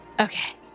Okay